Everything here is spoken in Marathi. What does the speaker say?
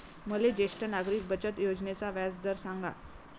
मले ज्येष्ठ नागरिक बचत योजनेचा व्याजदर सांगा